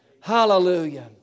Hallelujah